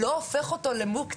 זה לא הופך אותו למוקצה.